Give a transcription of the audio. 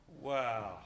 Wow